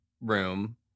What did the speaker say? room